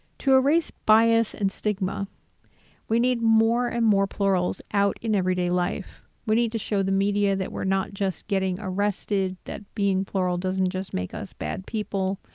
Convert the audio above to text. to erase bias and stigm ah we need more and more plurals out in everyday life. we need to show the media that we're not just getting arrested, that being plural doesn't just make us bad people,